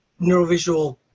neurovisual